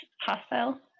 hostile